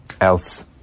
Else